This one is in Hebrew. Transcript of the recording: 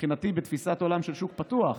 מבחינתי, בתפיסת עולם של שוק פתוח,